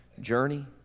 journey